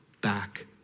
back